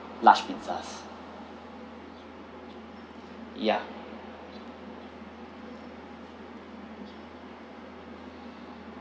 large pizzas yeah